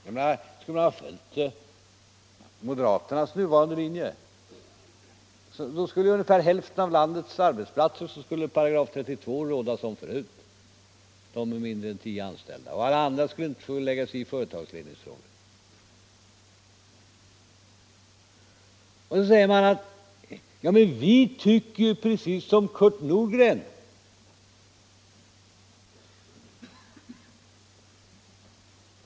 Följde man moderaternas nuvarande linje, skulle § 32 råda som förut på ungefär hälften av landets arbetsplatser, dvs. på arbetsplatser med mindre än tio anställda. Och på alla andra skulle man inte få lägga sig i företagsledningsfrågor. Så säger man: Vi tycker ju precis som Kurt Nordgren.